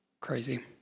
crazy